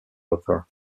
author